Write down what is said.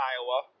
Iowa